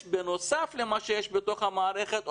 בנוסף למה שיש בתוך המערכת,